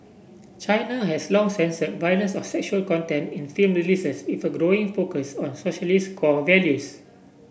China has long censored violence or sexual content in film releases with a growing focus on socialist core values